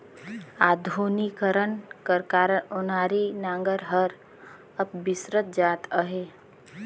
आधुनिकीकरन कर कारन ओनारी नांगर हर अब बिसरत जात अहे